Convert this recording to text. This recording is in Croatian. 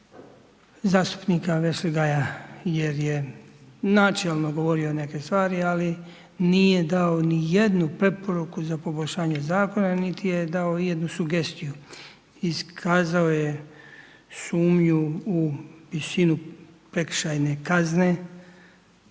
zastupnika Vešligaja jer je načelno govorio neke stvari, ali nije dao ni jednu preporuku za poboljšanje zakona niti je dao ijednu sugestiju. Iskazao je sumnju u visinu prekršajne kazne.